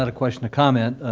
ah a question. a comment.